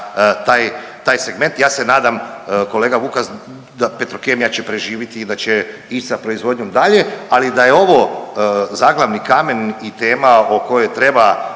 taj segment. Ja se nadam kolega Vukas da Petrokemija će preživiti i da će ići sa proizvodnjom dalje, ali da je ovo zaglavni kamen i tema o kojoj treba